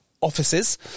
offices